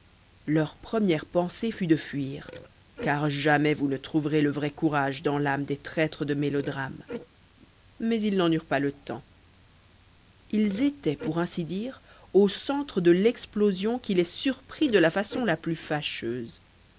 leur première pensée fut de fuir car jamais vous ne trouverez le vrai courage dans l'âme des traîtres de mélodrame mais ils n'en eurent pas le temps ils étaient pour ainsi dire au centre de l'explosion qui les surprit de la façon la plus